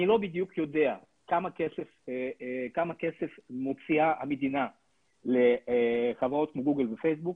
אני לא בדיוק יודע כמה כסף מוציאה המדינה לחברות כמו גוגל ופייסבוק,